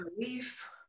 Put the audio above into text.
relief